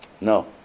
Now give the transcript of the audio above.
No